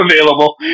available